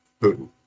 Putin